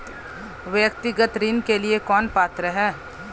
व्यक्तिगत ऋण के लिए कौन पात्र है?